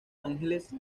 ángeles